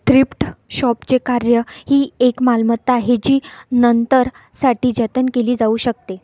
thrift शॉपचे कार्य ही एक मालमत्ता आहे जी नंतरसाठी जतन केली जाऊ शकते